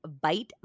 bite